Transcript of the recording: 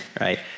right